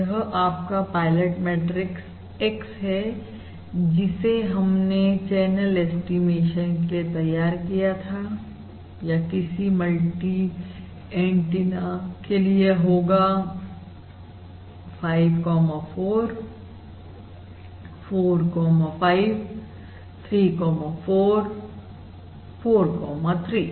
यह आपका pilot matrix X है जिसे हमने चैनल ऐस्टीमेशन के लिए तैयार किया था या किसी मल्टी एंटीना के लिए यह होगा 5 कोमां 4 4 कोमां 5 3 कोमां 4 4 कोमां 3